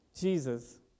Jesus